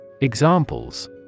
Examples